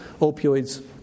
opioids